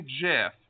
Jeff